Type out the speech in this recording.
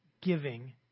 giving